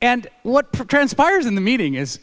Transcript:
and what pretense pires in the meeting is